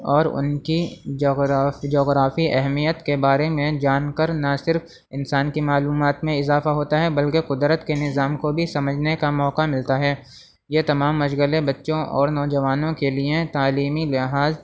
اور ان کی جغرافی جغرافی اہمیت کے بارے میں جان کر نہ صرف انسان کی معلومات میں اضافہ ہوتا ہے بلکہ قدرت کے نظام کو بھی سمجھنے کا موقع ملتا ہے یہ تمام مشغلے بچوں اور نوجوانوں کے لیے تعلیمی لحاظ